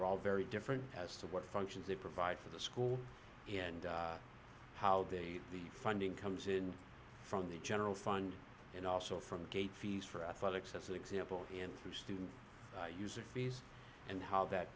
are all very different as to what functions they provide for the school and how they the funding comes in from the general fund and also from gate fees for athletics as an example in through student user fees and how that